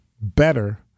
better